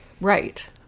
right